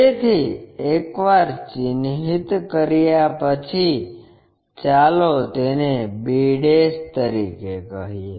તેથી એકવાર ચિહ્નિત કર્યા પછી ચાલો તેને b તરીકે કહીએ